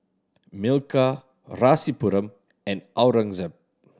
Milkha Rasipuram and Aurangzeb